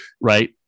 right